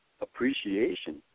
appreciation